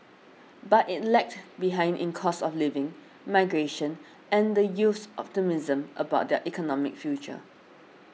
but it lagged behind in cost of living migration and the youth's optimism about their economic future